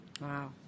Wow